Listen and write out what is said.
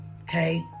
Okay